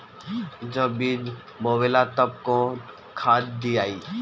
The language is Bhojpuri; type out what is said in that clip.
जब बीज बोवाला तब कौन खाद दियाई?